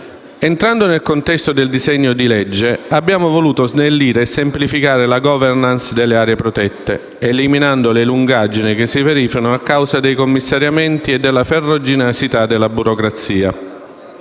Entrando nel contesto del disegno di legge, abbiamo voluto snellire e semplificare la *governance* delle aree protette, eliminando le lungaggini che si verificano a causa dei commissariamenti e della farraginosità della burocrazia.